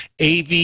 AV